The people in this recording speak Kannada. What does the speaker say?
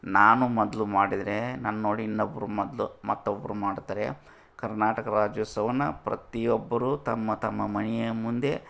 ನಾನು ಮೊದಲು ಮಾಡಿದರೆ ನನ್ನೋಡಿ ಇನ್ನೊಬ್ಬರು ಮೊದಲು ಮತ್ತೊಬ್ಬರು ಮಾಡ್ತಾರೆ ಕರ್ನಾಟಕ ರಾಜ್ಯೋತ್ಸವವನ್ನು ಪ್ರತಿಯೊಬ್ಬರೂ ತಮ್ಮ ತಮ್ಮ ಮನೆಯ ಮುಂದೆ